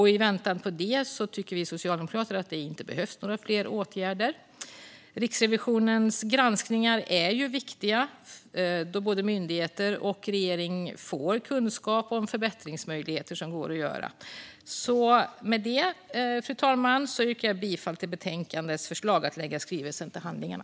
I väntan på det tycker vi socialdemokrater att det inte behövs några fler åtgärder. Riksrevisionens granskningar är viktiga, då både myndigheter och regeringen får kunskap om förbättringsmöjligheter. Fru talman! Med det yrkar jag bifall till utskottets förslag att lägga skrivelsen till handlingarna.